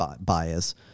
bias